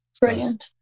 Brilliant